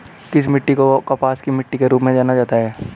किस मिट्टी को कपास की मिट्टी के रूप में जाना जाता है?